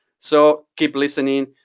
so keep listening.